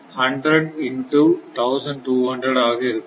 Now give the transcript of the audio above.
5 upon 100 into 1200 ஆக இருக்கும்